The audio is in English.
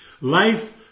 Life